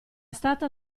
stata